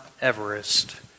Everest